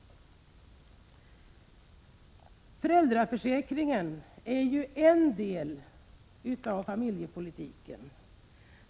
Föräldraförsäkringen är en del av familjepolitiken.